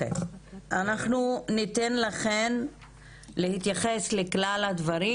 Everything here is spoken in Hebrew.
אנחנו ניתן לכן להתייחס לכלל הדברים,